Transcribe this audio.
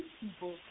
people